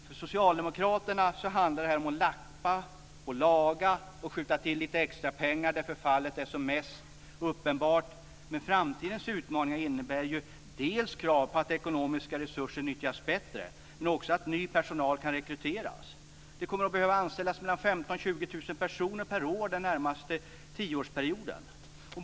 För socialdemokraterna handlar det här om att lappa, laga och skjuta till lite extrapengar där förfallet är som mest uppenbart. Men framtidens utmaningar innebär krav på att ekonomiska resurser nyttjas bättre men också på att ny personal kan rekryteras. Det kommer att behöva anställas 15 000-20 000 personer per år under den närmaste tioårsperioden.